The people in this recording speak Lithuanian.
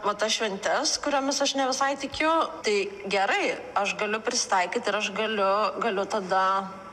va tas šventes kuriomis aš ne visai tikiu tai gerai aš galiu prisitaikyt ir aš galiu galiu tada